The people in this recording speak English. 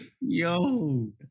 yo